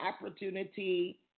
opportunity